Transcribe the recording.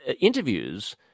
interviews